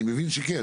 אני מבין שכן,